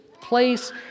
place